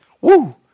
woo